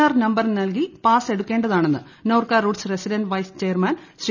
R number നൽകി pass എടുക്കേണ്ടതാണെന്ന് Norka Roots resident vice chairman Shri